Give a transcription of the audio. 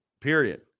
period